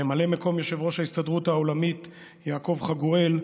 ממלא מקום יושב-ראש ההסתדרות העולמית יעקב חגואל,